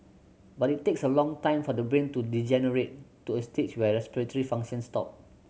but it takes a long time for the brain to degenerate to a stage where respiratory functions stop